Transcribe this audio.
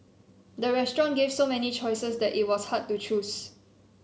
the restaurant gave so many choices that it was hard to choose